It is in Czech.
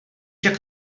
jak